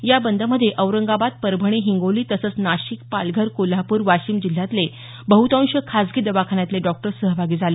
या बंदमध्ये औरंगाबाद परभणी हिंगोली तसंच नाशिक पालघर कोल्हापूर वाशीम जिल्ह्यांतले बहुतांश खाजगी दवाखान्यातले डॉक्टर सहभागी झाले